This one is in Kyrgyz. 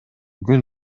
күн